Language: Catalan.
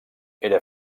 era